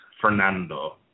Fernando